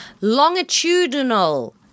Longitudinal